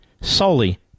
solely